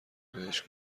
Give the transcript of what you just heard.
بهش